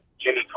Jimmy